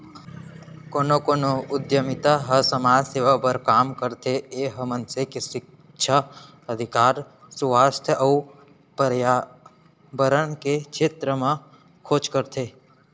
कोनो कोनो उद्यमिता ह समाज सेवा बर काम करथे ए ह मनसे के सिक्छा, अधिकार, सुवास्थ अउ परयाबरन के छेत्र म खोज करथे